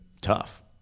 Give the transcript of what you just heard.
tough